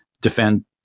defend